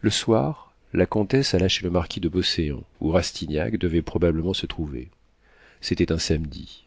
le soir la comtesse alla chez le marquis de beauséant où rastignac devait probablement se trouver c'était un samedi